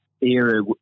era